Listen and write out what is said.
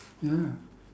ya